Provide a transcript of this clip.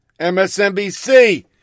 MSNBC